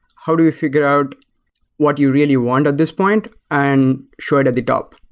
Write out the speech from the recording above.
how do we figure out what you really want at this point and show it at the top.